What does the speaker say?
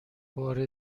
بار